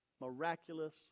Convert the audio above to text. miraculous